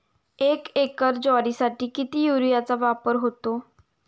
एक एकर ज्वारीसाठी किती युरियाचा वापर होतो?